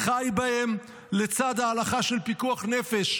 "וחי בהם" לצד ההלכה של פיקוח נפש,